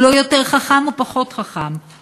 הוא לא יותר חכם או פחות חכם,